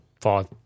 five